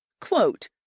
quote